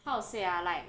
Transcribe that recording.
how to say ah like